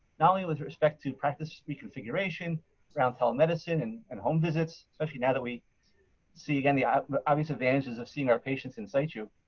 not only with respect to practice reconfiguration around telemedicine and and home visits, especially now that we see again the ah the obvious advantages of seeing our patients in situ.